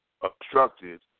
obstructed